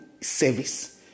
service